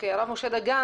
הרב משה דגן,